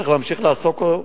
צריך להמשיך לעסוק בה,